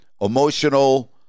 emotional